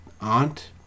aunt